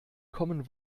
common